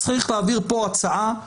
צריך להעביר פה הצעה,